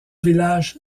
village